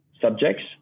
subjects